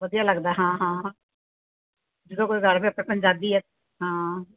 ਵਧੀਆ ਲੱਗਦਾ ਹਾਂ ਹਾਂ ਹਾਂ ਜਦੋਂ ਕੋਈ ਗੱਲ ਫਿਰ ਤਾਂ ਪੰਜਾਬੀ ਆ ਹਾਂ